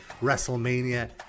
WrestleMania